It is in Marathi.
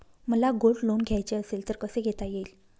मला गोल्ड लोन घ्यायचे असेल तर कसे घेता येईल?